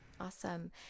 awesome